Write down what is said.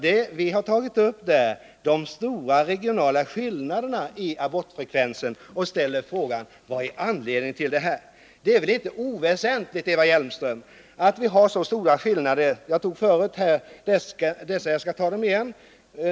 Det vi har tagit upp där är de stora regionala skillnaderna i abortfrekvensen, och vi har ställt frågan vad som är anledningen till dem. Det är väl inte oväsentligt, Eva Hjelmström, att vi har så stora skillnader. Jag tog upp dem förut, men jag kan ta dem igen.